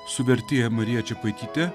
su vertėja marija čepaitytė